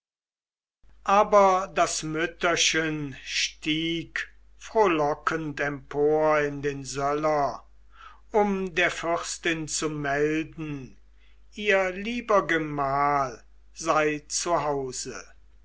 aber das mütterchen stieg frohlockend empor in den söller um der fürstin zu melden ihr lieber gemahl sei